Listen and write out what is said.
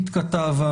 פתקא טבא,